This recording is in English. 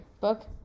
Book